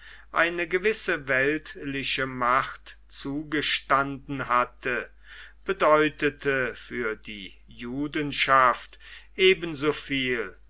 eine gewisse weltliche macht zugestanden hatte bedeutete für die judenschaft ebensoviel